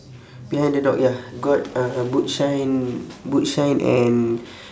behind the dog ya got uh boot shine boot shine and